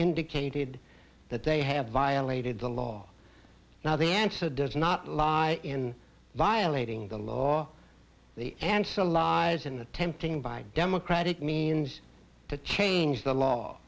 indicated that they have violated the law now the answer does not lie in violating the law the answer lies in the tempting by democratic means to change the law